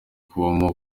kubamo